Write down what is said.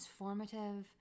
transformative